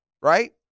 right